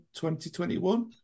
2021